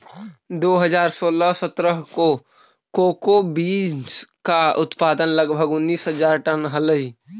दो हज़ार सोलह सत्रह में कोको बींस का उत्पादन लगभग उनीस हज़ार टन हलइ